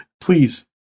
Please